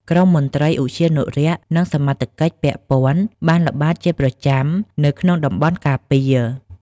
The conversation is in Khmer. ក្រុមមន្ត្រីឧទ្យានុរក្ស និងសមត្ថកិច្ចពាក់ព័ន្ធបានល្បាតជាប្រចាំនៅក្នុងតំបន់ការពារ។